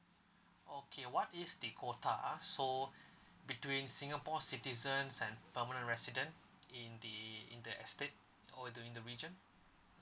okay what is the quota ah so between singapore citizens and permanent resident in the in the estate or in the region